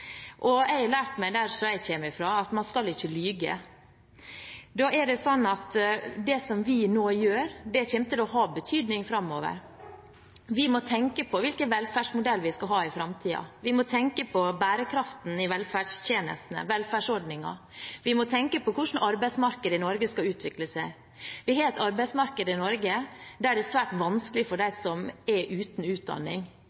Jeg har lært der jeg kommer fra, at man skal ikke lyve. Det vi nå gjør, kommer til å ha betydning framover. Vi må tenke på hvilken velferdsmodell vi skal ha i framtiden. Vi må tenke på bærekraften i velferdstjenestene, velferdsordningene. Vi må tenke på hvordan arbeidsmarkedet i Norge skal utvikle seg. Vi har et arbeidsmarked i Norge der det er svært vanskelig for